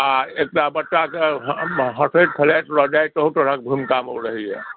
आ एकटा बच्चा के हँसैत खेलायत लऽ जाइ तहू तरहक भूमिका मे ओ रहैया